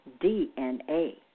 DNA